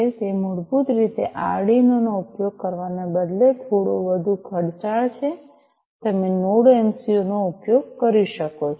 તેથી મૂળભૂત રીતે આર્ડિનો નો ઉપયોગ કરવાને બદલે જે થોડો વધુ ખર્ચાળ છે તમે નોડ એમસિયું નો ઉપયોગ કરી શકો છો